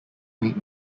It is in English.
mate